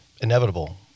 inevitable